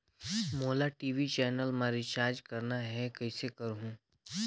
मोला TV channel मा recharge करना हे, कइसे करहुँ?